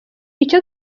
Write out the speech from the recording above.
icyo